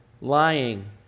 lying